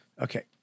Okay